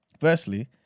Firstly